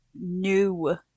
new